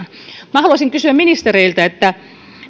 minä haluaisin kysyä ministereiltä